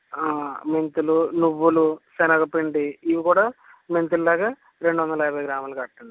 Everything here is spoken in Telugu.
మెంతులు నువ్వులు శనగపిండి ఇవి కూడా మెంతులాగా రెండొందల యాభై గ్రాములు కట్టండి